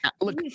Look